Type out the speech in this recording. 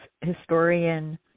historian